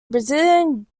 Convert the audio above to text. brazilian